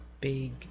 big